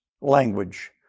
language